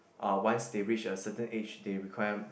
uh once they reach a certain age they require